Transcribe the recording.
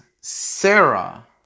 Sarah